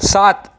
सात